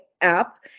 app